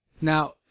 Now